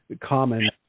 common